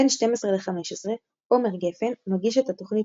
בין 1200–1500 עומר גפן מגיש את תוכנית